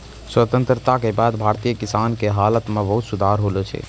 स्वतंत्रता के बाद भारतीय किसान के हालत मॅ बहुत सुधार होलो छै